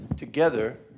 together